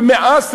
ומאז,